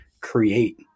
create